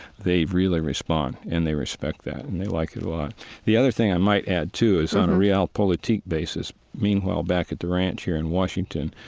they really respond, and they respect that and they like it a lot the other thing i might add too is on a realpolitik basis. meanwhile, back at the ranch here in washington,